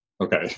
Okay